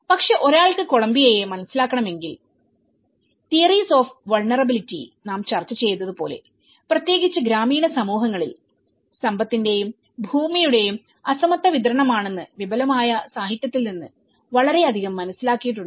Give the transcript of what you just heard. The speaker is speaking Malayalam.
പക്ഷേ ഒരാൾക്ക് കൊളംബിയയെ മനസ്സിലാക്കണമെങ്കിൽ തിയറീസ് ഓഫ് വൾനെറബിലിറ്റി യിൽ നാം ചർച്ച ചെയ്തതുപോലെ പ്രത്യേകിച്ച് ഗ്രാമീണ സമൂഹങ്ങളിൽ സമ്പത്തിന്റെയും ഭൂമിയുടെയും അസമത്വ വിതരണമാണെന്ന് വിപുലമായ സാഹിത്യത്തിൽ നിന്ന് വളരെയധികം മനസ്സിലാക്കിയിട്ടുണ്ട്